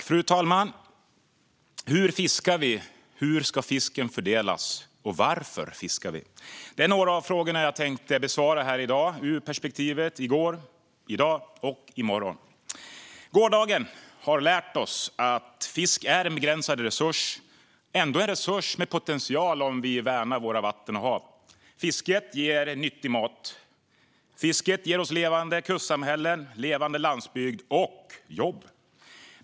Fru talman! Hur fiskar vi? Hur ska fisken fördelas? Varför fiskar vi? Det är några av frågorna som jag tänkte besvara ur perspektivet i går, i dag och i morgon. Gårdagen har lärt oss att fisk är en begränsad resurs men ändå en resurs med potential om vi värnar våra vatten och hav. Fisket ger nyttig mat. Fisket ger oss levande kustsamhällen, levande landsbygd och jobb.